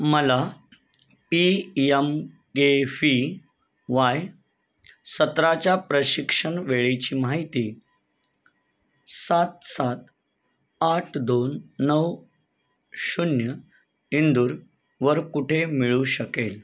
मला P M G V Y सतराच्या प्रशिक्षण वेळेची माहिती सात सात आठ दोन नऊ शून्य इंदूरवर कुठे मिळू शकेल